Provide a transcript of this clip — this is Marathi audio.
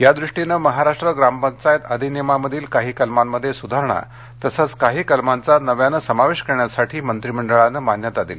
या दृष्टीनं महाराष्ट्र ग्रामपंचायत अधिनियमामधील काही कलमांमध्ये सुधारणा तसंच काही कलमांचा नव्यानं समावेश करण्यासाठी मंत्रिमंडळाने मान्यता दिली